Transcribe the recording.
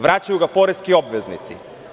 Vraćaju ga poreski obveznici.